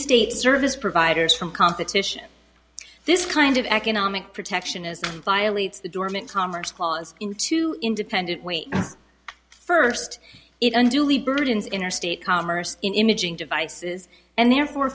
state service providers from competition this kind of economic protectionism violates the dormant commerce clause into independent way first it unduly burdens interstate commerce in imaging devices and therefore